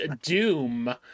Doom